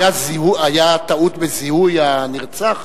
היתה טעות בזיהוי הנרצח?